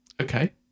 Okay